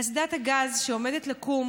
אסדת הגז שעומדת לקום,